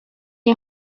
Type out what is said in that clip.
est